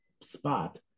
spot